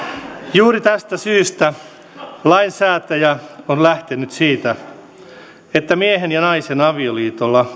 juuri tästä syystä lainsäätäjä on lähtenyt siitä että miehen ja naisen avioliitolla